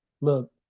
Look